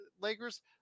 Lakers